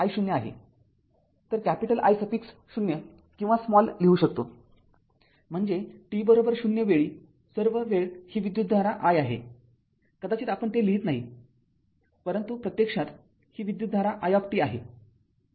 तर capital I suffix ० किंवा small i लिहू शकतो म्हणजे t० वेळी सर्व वेळ ही विद्युतधारा i आहे कदाचित आपण ते लिहीत नाही परंतु प्रत्यक्षात ही विद्युतधारा it आहे